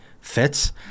fits